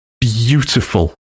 beautiful